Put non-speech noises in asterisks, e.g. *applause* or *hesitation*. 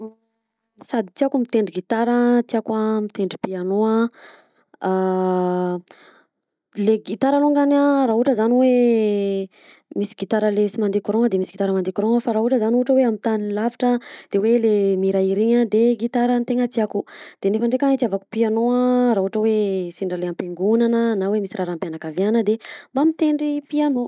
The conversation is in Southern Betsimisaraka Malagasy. *hesitation* Sady tiàko mitendry gitara tiàko a mitendry piano a, *hesitation* le gitara longany a raha ohatra zany hoe misy gitara le sy mandeha courant de misy gitara mandeha courant fa raha ohatra zany ohatra hoe amin'ny tany lavitra de hoe le mihirahira iny a de gitara tena tiàko, de nefa ndreka tiavako piano a raha ohatra hoe sendra any am-piangonana na hoe misy raraham-pianakaviana de mba mitendry piano.